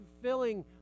fulfilling